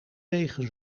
wegen